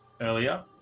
earlier